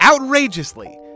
outrageously